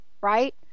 right